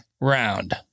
round